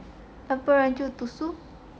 要不然就读书